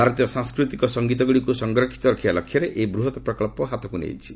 ଭାରତୀୟ ସାଂସ୍କୃତିକ ସଂଗୀତ ଗୁଡ଼ିକୁ ସଂରକ୍ଷିତ ରଖିବା ଲକ୍ଷ୍ୟରେ ଏହି ବୃହତ୍ ପ୍ରକଳ୍ପ ହାତକୁ ନିଆଯାଇଛି